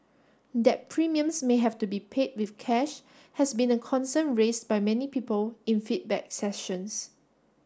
that premiums may have to be paid with cash has been a concern raise by many people in feedback sessions